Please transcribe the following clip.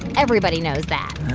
everybody knows that